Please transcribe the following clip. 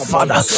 Father